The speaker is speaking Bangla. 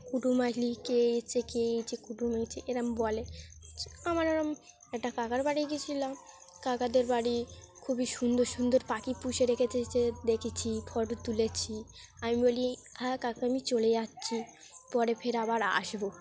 কুটুম্ব আসলে কে এসেছে কে এসেছে কুটু্ম্ব এসেছে এরকম বলে আমার ওরকম একটা কাকার বাড়ি গিয়েছিলাম কাকাদের বাড়ি খুবই সুন্দর সুন্দর পাখি পুষে রেখেছে দেখেছি ফটো তুলেছি আমি বলি হ্যাঁ কাকা আমি চলে যাচ্ছি পরে ফের আবার আসব